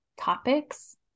Topics